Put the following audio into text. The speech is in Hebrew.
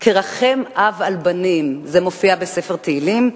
"כרחם אב על בנים" זה מופיע בספר תהילים,